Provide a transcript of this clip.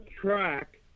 track